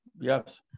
Yes